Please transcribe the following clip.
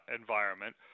environment